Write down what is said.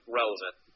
relevant